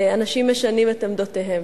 אנשים משנים את עמדותיהם,